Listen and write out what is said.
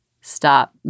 Stop